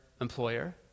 employer